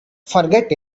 forget